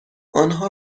آنها